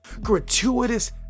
gratuitous